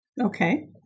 Okay